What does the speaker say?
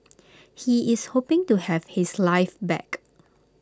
he is hoping to have his life back